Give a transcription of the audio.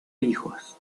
hijos